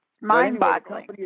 Mind-boggling